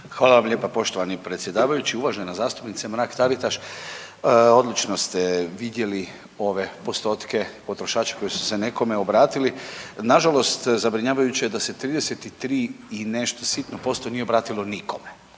Hvala vam lijepo poštovani predsjedavajući. Uvažena zastupnice Mrak Taritaš. Odlično ste vidjeli ove postotke potrošače koji su se nekome obratili, nažalost zabrinjavajuće je da se 33 i nešto sitno posto nije obratilo nikome,